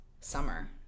summer